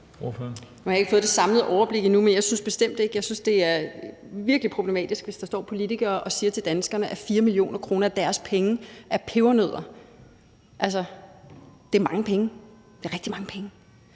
Nu har jeg ikke fået det samlede overblik endnu, men jeg synes virkelig, det er problematisk, hvis der står politikere og siger til danskerne, at 4 mio. kr. af deres penge er pebernødder. Det er mange penge, det er rigtig mange penge.